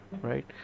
right